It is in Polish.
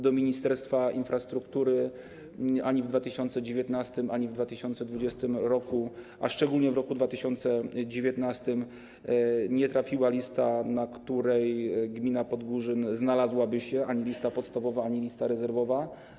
Do Ministerstwa Infrastruktury ani w 2019 r., ani w 2020 r., a szczególnie w roku 2019, nie trafiła lista, na której gmina Podgórzyn by się znalazła - ani lista podstawowa, ani lista rezerwowa.